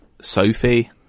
sophie